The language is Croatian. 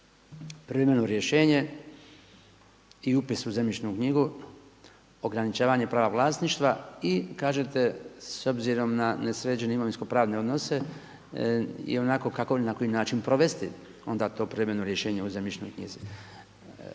privremeno rješenje i upis u zemljišnu knjigu, ograničavanje prava vlasništva i kažete s obzirom na nesređene imovinsko pravne odnose i onako kako i na koji način provesti onda to privremeno rješenje u zemljišnoj knjizi.